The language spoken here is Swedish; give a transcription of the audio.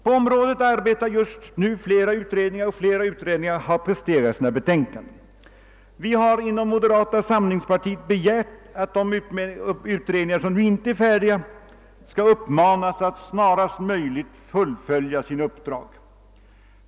På området arbetar just nu ett antal utredningar, och flera utredningar har redan framlagt sina betänkanden. Vi har inom moderata samlingspartiet begärt att de utredningar som nu inte är färdiga skall uppmanas att snarast fullfölja sina uppdrag.